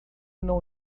não